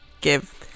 give